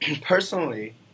Personally